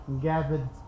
gathered